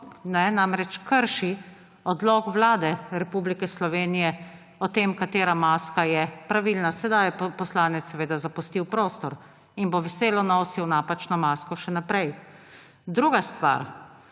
namreč krši odlok Vlade Republike Slovenije o tem katera maska je pravilna. Sedaj je poslanec seveda zapustil prostor in bo veselo nosil napačno masko še naprej. Druga stvar.